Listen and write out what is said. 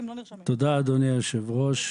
אדוני היושב ראש.